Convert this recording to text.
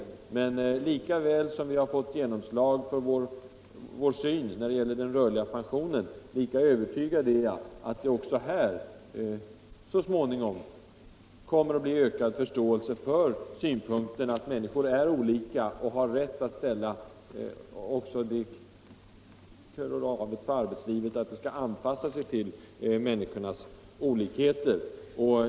Men lika väl som vi fått genomslag för vår syn när det gäller den rörliga pensionen, lika övertygad är jag att det också här så småningom kommer att bli ökad förståelse för synpunkten att människor är olika och att man har rätt att ställa det kravet på arbetslivet, att det anpassas till människornas olikheter.